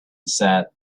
said